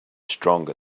stronger